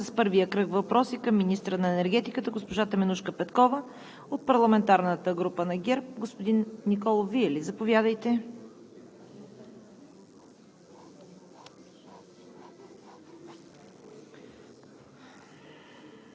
От нечленуващите в парламентарни групи няма. Продължаваме с първия кръг въпроси към министъра на енергетиката госпожа Теменужка Петкова. От парламентарната група на ГЕРБ – господин Николов, заповядайте.